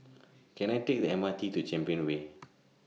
Can I Take The M R T to Champion Way